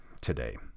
today